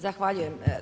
Zahvaljujem.